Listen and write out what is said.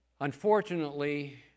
Unfortunately